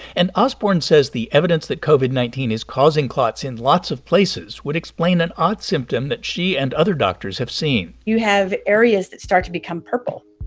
and osborn says the evidence that covid nineteen is causing clots in lots of places would explain an odd symptom that she and other doctors have seen you have areas that start to become purple